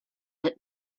that